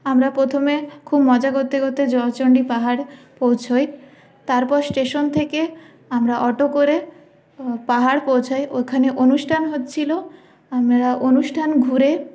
আমরা প্রথমে খুব মজা করতে করতে জয়চণ্ডী পাহাড় পৌঁছোই তারপর স্টেশন থেকে আমরা অটো করে পাহাড় পৌঁছাই ওইখানে অনুষ্ঠান হচ্ছিল আমরা অনুষ্ঠান ঘুরে